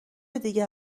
دیگه